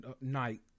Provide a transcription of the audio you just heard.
night